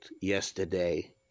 yesterday